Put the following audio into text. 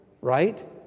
right